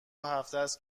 هفتست